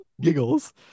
giggles